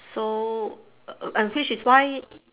so uh which is why